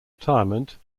retirement